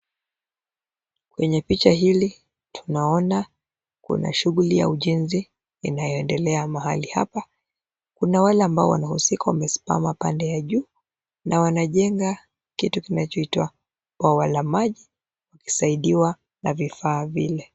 Kwenye picha hili tunaona kuna shughuli ya ujenzi inayoendelea mahali hapa ,kuna wale ambapo wameshusika wanasimama pande ya juu na wanajenga kitu kinachoitwa pawa la maji wakisaidiwa na vifaa vile.